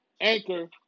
Anchor